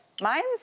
Mine's